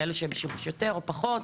כאלה שבשימוש יותר או פחות,